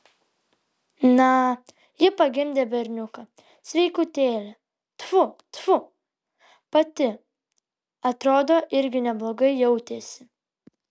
na ji pagimdė berniuką sveikutėlį tfu tfu pati atrodo irgi neblogai jautėsi